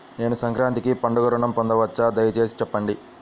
నేను సంక్రాంతికి పండుగ ఋణం పొందవచ్చా? దయచేసి చెప్పండి?